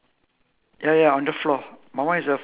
just below the tree so I just circle the below tree ah